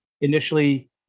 initially